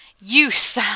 use